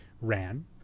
ran